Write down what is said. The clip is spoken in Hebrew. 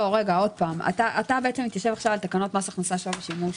אתה מדבר על תקנות מס הכנסה שהיו בשימוש,